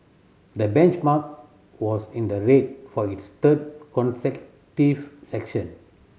the benchmark was in the red for its third consecutive section